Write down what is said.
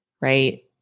right